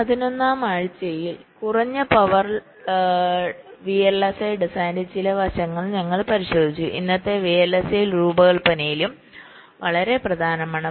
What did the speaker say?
11 ാം ആഴ്ചയിൽ കുറഞ്ഞ പവർ VLSI ഡിസൈനിന്റെ ചില വശങ്ങൾ ഞങ്ങൾ പരിശോധിച്ചു അത് ഇന്നത്തെ VLSI രൂപകൽപ്പനയിലും വളരെ പ്രധാനമാണ്